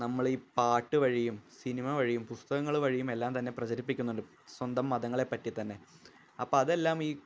നമ്മളീ പാട്ട് വഴിയും സിനിമ വഴിയും പുസ്തകങ്ങള് വഴിയും എല്ലാം തന്നെ പ്രചരിപ്പിക്കുന്നുണ്ട് സ്വന്തം മതങ്ങളെ പറ്റിത്തന്നെ അപ്പോള് അതെല്ലാം ഈ